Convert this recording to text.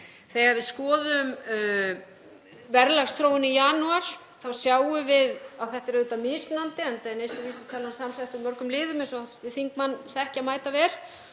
Þegar við skoðum verðlagsþróun í janúar þá sjáum við að þetta er auðvitað mismunandi, enda er neysluvísitalan samsett úr mörgum liðum eins og hv. þingmenn þekkja mætavel.